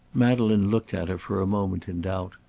madeleine looked at her for a moment in doubt.